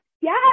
yes